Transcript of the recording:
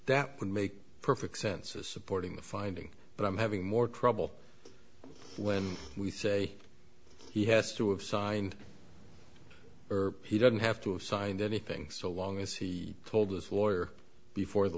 that would make perfect sense as supporting the finding but i'm having more trouble when we say he has to have signed or he doesn't have to have signed anything so long as he told his lawyer before the